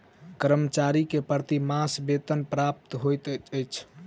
कर्मचारी के प्रति मास वेतन प्राप्त होइत अछि